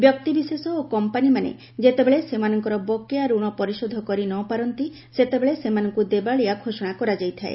ବ୍ୟକ୍ତିବିଶେଷ ଓ କମ୍ପାନିମାନେ ଯେତେବେଳେ ସେମାନଙ୍କର ବକେୟା ଋଣ ପରିଶୋଧ କରିନପାରନ୍ତି ସେତେବେଳେ ସେମାନଙ୍କୁ ଦେବାଳିଆ ଘୋଷଣା କରାଯାଇଥାଏ